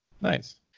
Nice